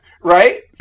right